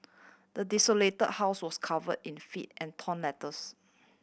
the desolated house was covered in filth and torn letters